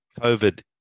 COVID